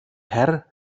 herr